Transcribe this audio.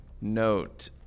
note